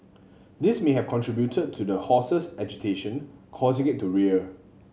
this may have contributed to the horse's agitation causing it to rear